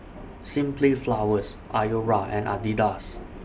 Simply Flowers Iora and Adidas